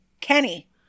Kenny